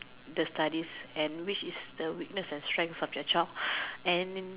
the studies and which is the weakness and strengths of your child and